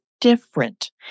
different